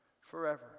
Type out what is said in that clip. forever